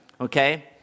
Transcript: okay